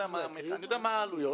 אני יודע מה העלויות,